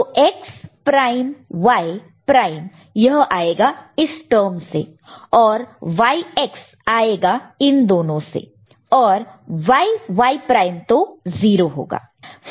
तो X prime Y prime यह आएगा इस टर्म से और YX आएगा इन दोनों से और Y Y प्राइम तो 0 होगा